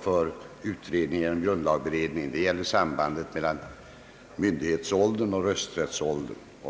för utredning inom grundlagberedningen — vilket nu är fallet. Det gäller här sambandet mellan myndighetsåldern och rösträttsåldern.